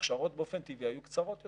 ההכשרות באופן טבעי היו קצרות יותר.